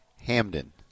Hamden